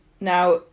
Now